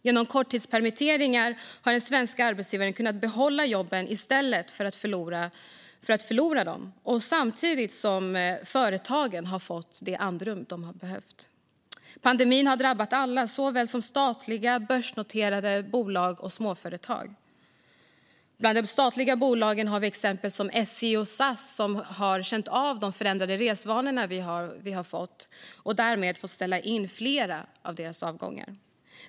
Genom korttidspermitteringar har svenska arbetstagare kunnat behålla jobben i stället för att förlora dem, samtidigt som företagen har fått det andrum de har behövt. Pandemin har drabbat alla, såväl statliga som börsnoterade bolag och småföretag. Bland de statliga bolagen har till exempel SJ och SAS känt av de förändrade resvanor vi har fått, och de har därmed fått ställa in flera av sina avgångar.